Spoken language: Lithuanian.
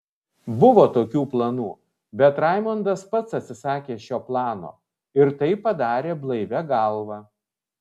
buvo tokių planų bet raimondas pats atsisakė šio plano ir tai padarė blaivia galva